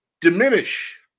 diminish